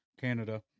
Canada